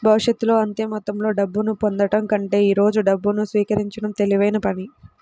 భవిష్యత్తులో అంతే మొత్తంలో డబ్బును పొందడం కంటే ఈ రోజు డబ్బును స్వీకరించడం తెలివైన పని